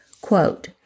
Quote